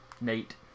Nate